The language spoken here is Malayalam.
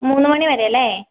മൂന്നുമണി വരെ അല്ലേ